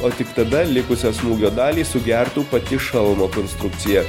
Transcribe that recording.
o tik tada likusią smūgio dalį sugertų pati šalmo konstrukcija